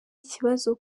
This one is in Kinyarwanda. ikibazo